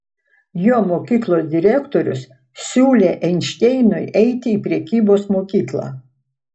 jo mokyklos direktorius siūlė einšteinui eiti į prekybos mokyklą